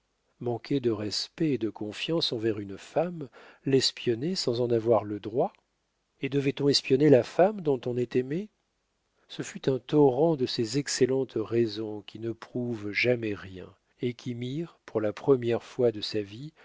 de respect et de confiance envers une femme l'espionner sans en avoir le droit et devait-on espionner la femme dont on est aimé ce fut un torrent de ces excellentes raisons qui ne prouvent jamais rien et qui mirent pour la première fois de sa vie